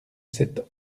cette